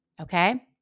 okay